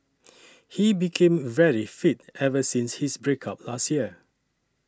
he became very fit ever since his break up last year